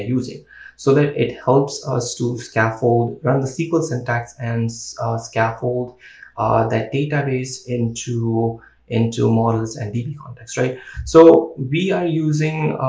using so that it helps us to run the sql syntax and scaffold that database into into models and db context right so we are using